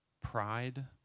pride